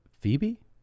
Phoebe